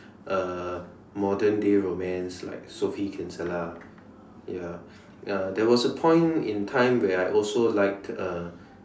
uh modern day romance like Sophie Kinsella ya uh there was a point in time where I also liked uh